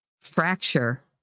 fracture